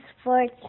sports